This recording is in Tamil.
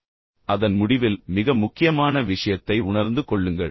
இப்போது அதன் முடிவில் மிக முக்கியமான விஷயத்தை உணர்ந்து கொள்ளுங்கள்